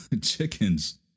Chickens